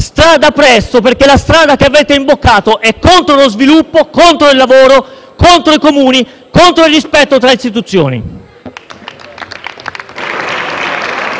strada presto, perché quella che avete imboccato è contro lo sviluppo, contro il lavoro, contro i Comuni, contro il rispetto tra istituzioni.